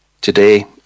Today